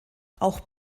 auch